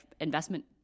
investment